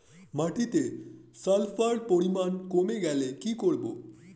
মাটিতে সালফার পরিমাণ কমে গেলে কি করব?